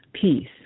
Peace